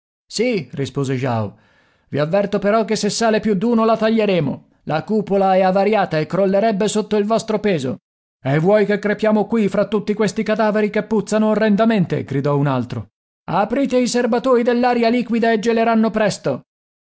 sì rispose ao i avverto però che se sale più d'uno la taglieremo la cupola è avariata e crollerebbe sotto il vostro peso e vuoi che crepiamo qui fra tutti questi cadaveri che puzzano orrendamente gridò un altro aprite i serbatoi dell'aria liquida e geleranno presto